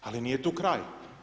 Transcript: Ali, nije tu kraj.